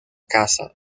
casa